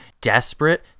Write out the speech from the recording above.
desperate